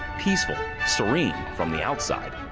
peaceful, serene from the outside,